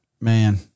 Man